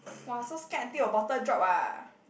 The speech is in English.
!wah! so scared until your bottle drop ah